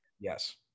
Yes